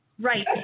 Right